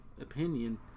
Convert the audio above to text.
opinion